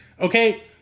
okay—